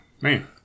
man